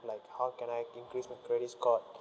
like how can I increase my credit score